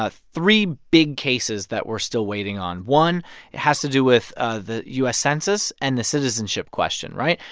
ah three big cases that we're still waiting on. one has to do with ah the u s. census and the citizenship question, right?